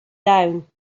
down